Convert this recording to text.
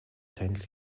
танил